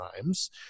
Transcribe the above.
times